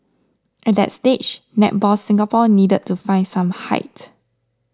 at that stage Netball Singapore needed to find some height